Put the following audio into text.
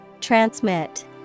Transmit